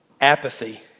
Apathy